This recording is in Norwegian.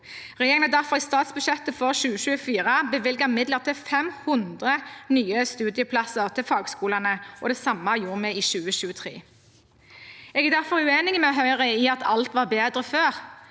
Regjeringen har derfor i statsbudsjettet for 2024 bevilget midler til 500 nye studieplasser i fagskolene, og det samme gjorde vi i 2023. Jeg er derfor uenig med Høyre i at alt var bedre før.